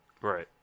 Right